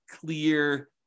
clear